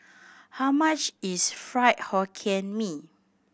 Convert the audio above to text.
how much is Fried Hokkien Mee